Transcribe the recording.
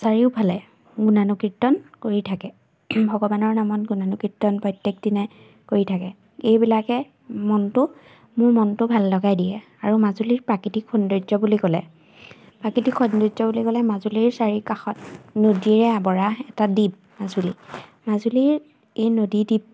চাৰিওফালে গুণানুকীৰ্তন কৰি থাকে ভগৱানৰ নামত গুণানুকীৰ্তন প্ৰত্যেক দিনাই কৰি থাকে এইবিলাকে মনটো মোৰ মনটো ভাল লগাই দিয়ে আৰু মাজুলীৰ প্ৰাকৃতিক সৌন্দৰ্য বুলি ক'লে প্ৰাকৃতিক সৌন্দৰ্য বুলি ক'লে মাজুলীৰ চাৰি কাষত নদীৰে আৱৰা এটা দ্বীপ মাজুলী মাজুলীৰ এই নদীদ্বীপ